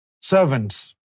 servants